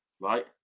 right